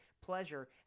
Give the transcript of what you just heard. pleasure